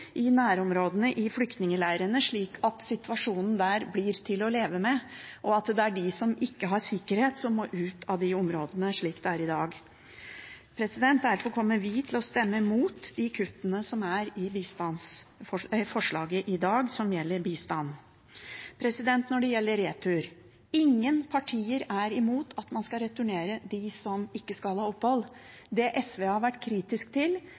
i nærområdene, i flyktningleirene, slik at situasjonen der blir til å leve med, og slik at det er de som ikke har sikkerhet, som må ut av de områdene – slik det er i dag. Derfor kommer vi i dag til å stemme imot de kuttene som gjelder bistand. Når det gjelder retur, er ingen partier imot at man skal returnere dem som ikke skal ha opphold. Det SV har vært kritisk til,